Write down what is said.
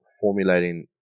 formulating